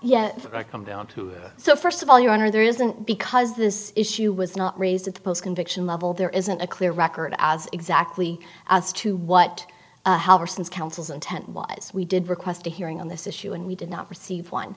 yeah i come down to it so first of all your honor there isn't because this issue was not raised at the post conviction level there isn't a clear record as exactly as to what however since counsel's intent was we did request a hearing on this issue and we did not receive one